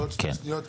זה עוד שתי שניות,